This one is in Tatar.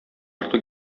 ярты